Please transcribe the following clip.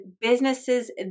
businesses